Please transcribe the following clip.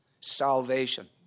Salvation